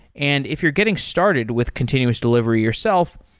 and if you're getting started with continuous delivery yourself,